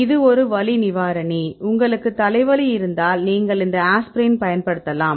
இது ஒரு வலி நிவாரணி உங்களுக்கு தலைவலி இருந்தால் நீங்கள் இந்த ஆஸ்பிரின் பயன்படுத்தலாம்